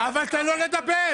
--- אבל תן לו לדבר.